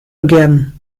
again